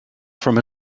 from